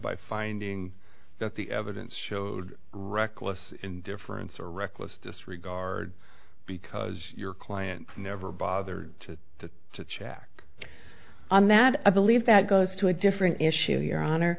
by finding that the evidence showed reckless indifference or reckless disregard because your client never bothered to to check on that i believe that goes to a different issue your honor